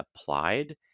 applied